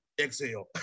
Exhale